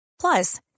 Plus